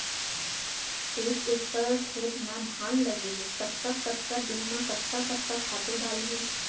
एक एकड़ खेत म धान लगे हे कतका कतका दिन म कतका कतका खातू डालहुँ?